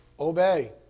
Obey